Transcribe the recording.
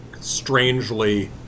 strangely